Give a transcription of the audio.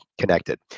connected